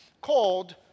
called